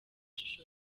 ishusho